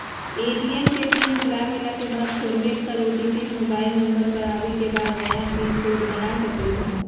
ATM के pin भुलागेल के बाद फोरगेट कर ओ.टी.पी मोबाइल नंबर पर आवे के बाद नया पिन कोड बना सकलहु ह?